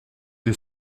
des